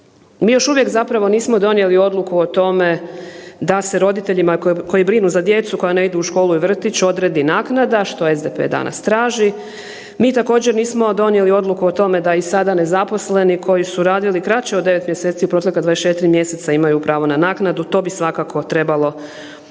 Mi još uvijek zapravo nismo donijeli odluku o tome da se roditeljima koji brinu za djecu koja ne idu u školu i vrtić odredi naknada što SDP danas traži. Mi također nismo donijeli odluku o tome da i sada nezaposleni koji su radili kraće od 9 mjeseci u protekla 24 mjeseca imaju pravo na naknadu, to bi svakako trebalo uzeti